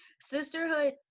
sisterhood